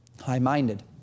high-minded